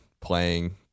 playing